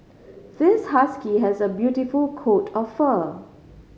this husky has a beautiful coat of fur